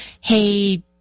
Hey